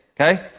okay